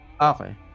Okay